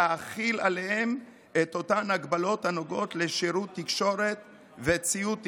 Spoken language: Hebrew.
להחיל עליהם את אותן הגבלות הנוגעות לשירות תקשורת וציוד תקשורת.